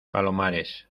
palomares